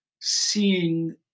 seeing